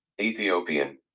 Ethiopian